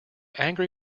angry